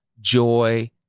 joy